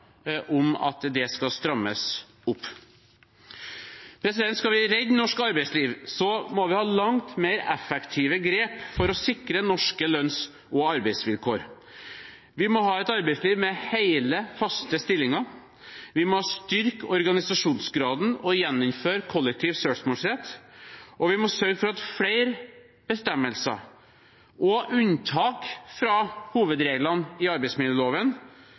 om at det skal strammes opp. Skal vi redde norsk arbeidsliv, må vi ha langt mer effektive grep for å sikre norske lønns- og arbeidsvilkår. Vi må ha et arbeidsliv med hele, faste stillinger. Vi må styrke organisasjonsgraden og gjeninnføre kollektiv søksmålsrett. Vi må sørge for at flere bestemmelser og unntak fra hovedreglene i arbeidsmiljøloven